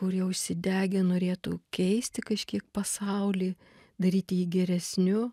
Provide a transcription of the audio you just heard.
kurie užsidegę norėtų keisti kažkiek pasaulį daryti jį geresniu